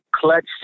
clutch